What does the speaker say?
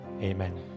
Amen